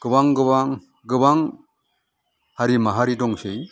गोबां गोबां गोबां हारि माहारि दंसै